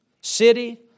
city